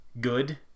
good